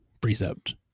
precept